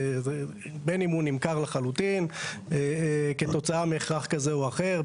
בין אם הוא נמכר לחלוטין כתוצאה מהכרח כזה או אחר,